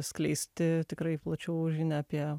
skleisti tikrai plačiau žinią apie